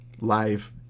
live